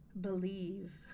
believe